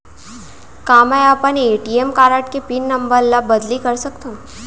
का मैं अपन ए.टी.एम कारड के पिन नम्बर ल बदली कर सकथव?